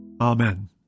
Amen